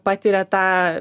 patiria tą